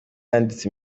yambitse